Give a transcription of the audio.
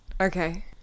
Okay